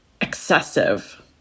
excessive